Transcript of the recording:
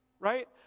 right